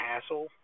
hassle